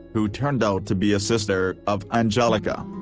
who turned out to be a sister of anjelica.